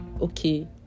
okay